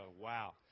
Wow